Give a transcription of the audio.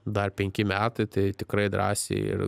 dar penki metai tai tikrai drąsiai ir